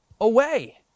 away